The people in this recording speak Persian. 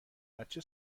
بچه